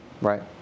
right